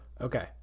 Okay